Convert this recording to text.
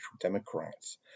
Democrats